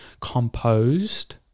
composed